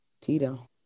Tito